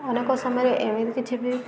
ଅନେକ ସମୟରେ ଏମିତି କିଛି ବି